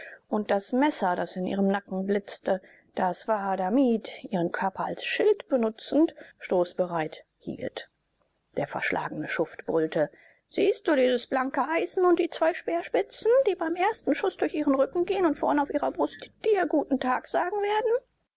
und das messer das in ihrem nacken blitzte das wahadamib ihren körper als schild benutzend stoßbereit hielt der verschlagene schuft brüllte siehst du dieses blanke eisen und die zwei speerspitzen die beim ersten schuß durch ihren rücken gehen und vorne auf ihrer brust dir guten tag sagen werden